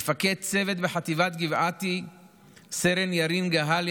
מפקד צוות בחטיבת גבעתי סרן ירין גהלי,